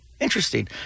interesting